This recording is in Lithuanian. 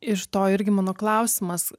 iš to irgi mano klausimas